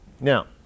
Now